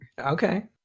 Okay